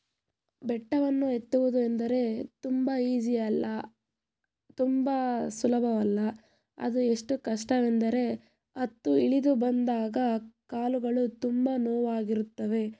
ಬೆಟ್ಟವನ್ನು ಹತ್ತುವುದು ಎಂದರೆ ತುಂಬ ಈಸಿಯಲ್ಲ ತುಂಬ ಸುಲಭವಲ್ಲ ಅದು ಎಷ್ಟು ಕಷ್ಟವೆಂದರೆ ಹತ್ತು ಇಳಿದು ಬಂದಾಗ ಕಾಲುಗಳು ತುಂಬ ನೋವಾಗಿರುತ್ತವೆ